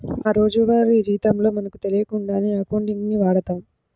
మా రోజువారీ జీవితంలో మనకు తెలియకుండానే అకౌంటింగ్ ని వాడతాం